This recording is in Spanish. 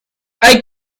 hay